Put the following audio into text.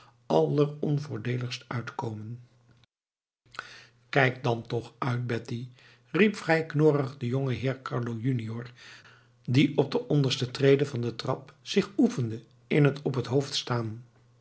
alleronvoordeeligst uitkomen kijk dan toch uit betty riep vrij knorrig de jongenheer carlo junior die op de onderste trede van de trap zich oefende in het op het hoofd staan